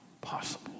possible